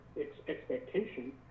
expectation